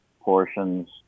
portions